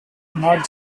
not